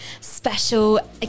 special